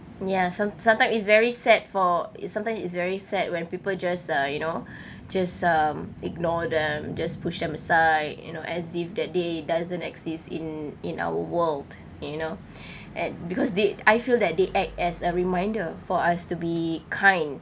ya some sometimes it's very sad for is sometime it's very sad when people just uh you know just um ignore them just push them aside you know as if that they doesn't exist in in our world you know and because they I feel that they act as a reminder for us to be kind